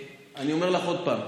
אני אומר לך עוד פעם: